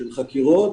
של חקירות